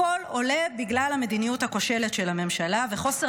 הכול עולה בגלל המדיניות הכושלת של הממשלה וחוסר